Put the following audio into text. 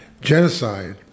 Genocide